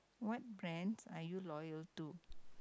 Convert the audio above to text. what brands are you loyal to